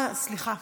סליחה.